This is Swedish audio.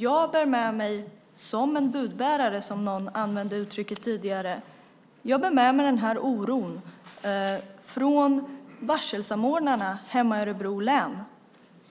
Jag bär med mig som en budbärare, ett uttryck som någon använde tidigare, oron från varselsamordnarna hemma i Örebro län.